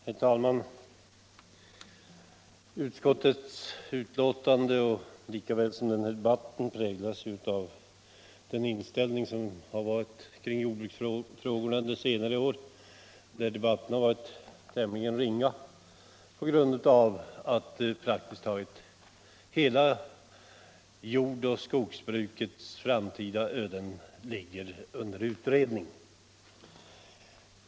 Herr talman! Utskottets betänkande lika väl som denna debatt präglas av den inställning som rått kring jordbruksfrågorna under senare år, då debatten varit tämligen ringa på grund av att praktiskt taget hela jordoch skogsbrukets framtida öden ligger under utredning.